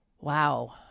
Wow